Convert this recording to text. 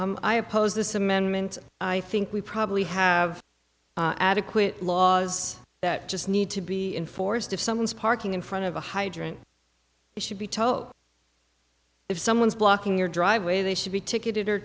two i oppose this amendment i think we probably have adequate laws that just need to be enforced if someone's parking in front of a hydrant should be told if someone's blocking your driveway they should be ticketed or